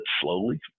slowly